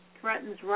threatens